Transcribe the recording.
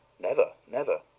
never never.